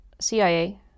CIA